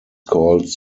called